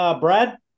Brad